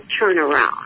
turnaround